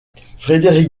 frédéric